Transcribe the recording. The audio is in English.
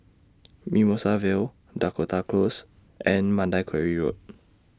Mimosa Vale Dakota Close and Mandai Quarry Road